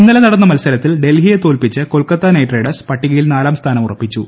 ഇന്നലെ നടന്ന മത്സരത്തിൽ ഡൽഹിയെ തോൽപ്പിച്ച് കൊൽക്കത്ത നൈറ്റ് റൈഡേഴ്സ് പട്ടികയിൽ നാലാം സ്ഥാനം ഉറപ്പിച്ചു